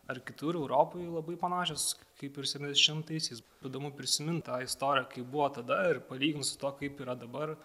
ar kitur europoj labai panašios kaip ir septyniasdešimtaisiais būdamu prisimint tą istoriją kaip buvo tada ir palygint su tuo kaip yra dabar